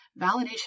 validation